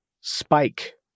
spike